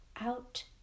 out